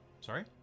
Sorry